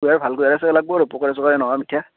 কুইহাৰ ভাল কুইহাৰ আছে লাগিব আৰু পকাই চকাই নহয় মিঠা